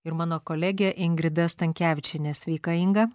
ir mano kolegė ingrida stankevičienė sveika inga